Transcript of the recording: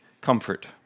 comfort